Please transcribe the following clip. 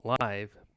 live